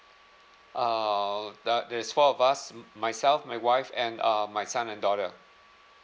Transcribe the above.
ah there is four of us mm myself my wife and um my son and daughter